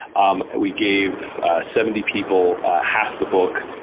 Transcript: um we gave seventy people half the book,